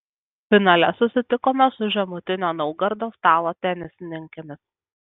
finale susitikome su žemutinio naugardo stalo tenisininkėmis